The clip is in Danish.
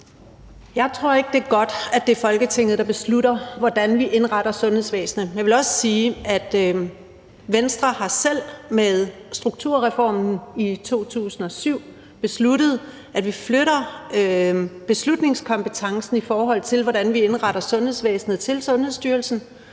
Jeg tror ikke, det er godt, at det er Folketinget, der beslutter, hvordan vi indretter sundhedsvæsenet. Men jeg vil også sige, at Venstre med strukturreformen i 2007 selv har besluttet, at vi flytter beslutningskompetencen, i forhold til hvordan vi indretter sundhedsvæsenet, til Sundhedsstyrelsen,